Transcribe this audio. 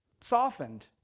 softened